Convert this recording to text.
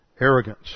arrogance